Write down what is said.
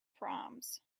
proms